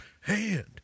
hand